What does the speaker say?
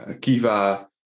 Kiva